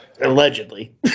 Allegedly